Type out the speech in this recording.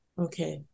Okay